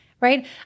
right